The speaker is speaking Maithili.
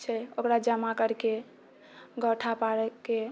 छै ओकरा जमा करिकऽ गोइठा पारिके